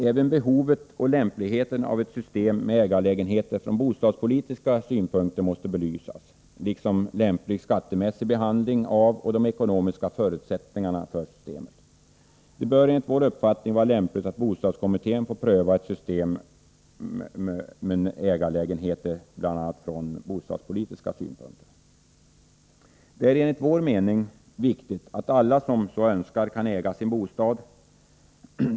Även behovet och lämpligheten av ett system med ägarlägenheter från bostadspolitiska synpunkter måste belysas liksom lämplig skattemässig behandling av och de ekonomiska förutsättningarna för systemet. Det bör enligt vår uppfattning vara lämpligt att bostadskommittén får pröva ett system med ägarlägenheter från bl.a. bostadspolitiska synpunkter. Det är enligt vår mening viktigt att alla som så önskar kan äga sin bostad.